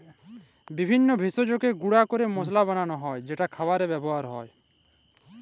বিভিল্য ভেষজকে গুঁড়া ক্যরে মশলা বানালো হ্যয় যেট খাবারে ব্যাবহার হ্যয়